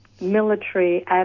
military